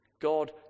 God